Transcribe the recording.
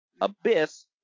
Abyss